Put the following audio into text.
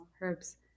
herbs